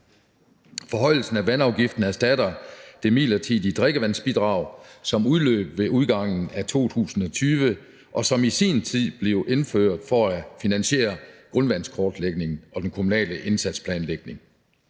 Forhøjelsen af vandafgiften erstatter det midlertidige drikkevandsbidrag, som udløb ved udgangen af 2020, og som i sin tid blev indført for at finansiere grundvandskortlægningen og den kommunale indsatsplanlægning.